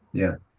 yeah.